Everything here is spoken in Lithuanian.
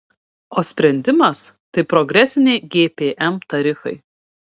o sprendimas tai progresiniai gpm tarifai